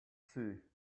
see